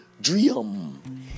dream